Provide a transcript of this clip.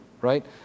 right